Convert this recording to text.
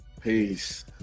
Peace